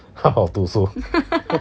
好好读书